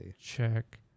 check